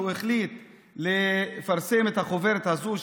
הוא החליט לפרסם את החוברת הזו,